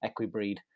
Equibreed